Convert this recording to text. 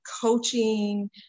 coaching